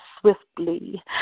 swiftly